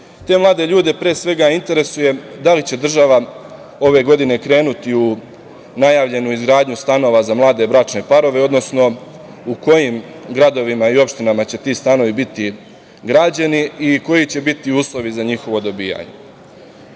mlade ljude, pre svega interesuje da li će država ove godine krenuti u najavljenu izgradnju stanova za mlade bračne parove, odnosno u kojim gradovima i opštinama će ti stanovi biti građeni i koji će biti uslovi za njihovo dobijanje? To